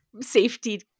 safety